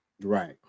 Right